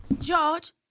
George